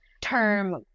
term